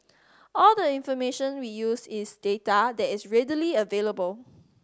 all the information we use is data that is readily available